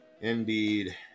Indeed